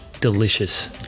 delicious